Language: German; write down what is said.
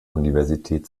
universität